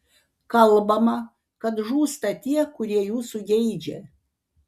kalbama kad žūsta tie kurie jūsų geidžia